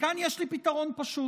וכאן יש לי פתרון פשוט: